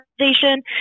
organization